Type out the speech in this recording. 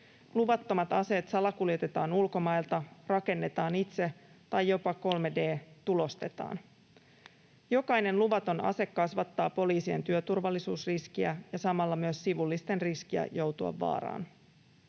Luvattomat aseet salakuljetetaan ulkomailta, rakennetaan itse tai jopa 3D-tulostetaan. Jokainen luvaton ase kasvattaa poliisien työturvallisuusriskiä ja samalla myös sivullisten riskiä joutua vaaraan.